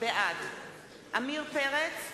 בעד עמיר פרץ,